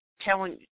telling